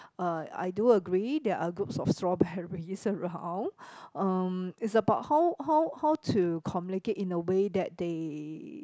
uh I do agree there are group of strawberries around um it's about how how how to communicate in the way that they